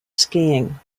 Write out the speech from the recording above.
skiing